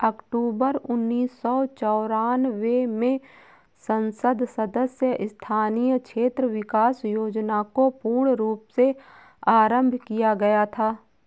अक्टूबर उन्नीस सौ चौरानवे में संसद सदस्य स्थानीय क्षेत्र विकास योजना को पूर्ण रूप से आरम्भ किया गया था